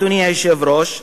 אדוני היושב-ראש,